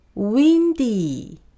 Windy